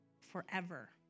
forever